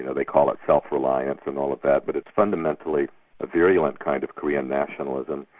you know they call it self-reliance and all of that, but it's fundamentally a virulent kind of korean nationalism,